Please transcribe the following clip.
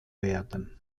werden